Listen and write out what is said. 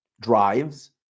Drives